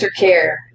aftercare